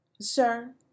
Sir